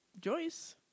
Joyce